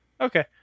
Okay